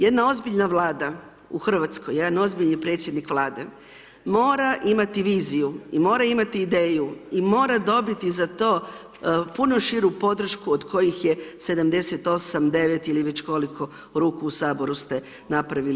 Jedna ozbiljna Vlada u Hrvatskoj, jedan ozbiljni predsjednik Vlade mora imati viziju i mora imati ideju i mora dobiti za to puno širu podršku od kojih je 78, 79 ili već koliko ruku u Saboru ste napravili.